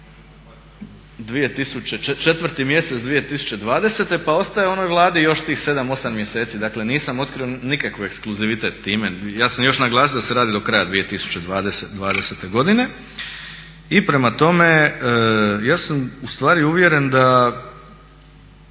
roku 4. mjesec 2020. pa ostaje onoj Vladi još tih 7, 8 mjeseci, dakle nisam otkrio nikakav ekskluzivitet time, ja sam još naglasio da se radi do kraja 2020. godine. I prema tome, ja sam ustvari uvjeren da